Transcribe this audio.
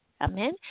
Amen